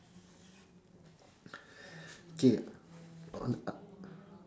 K